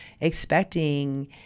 expecting